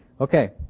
Okay